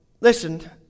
listen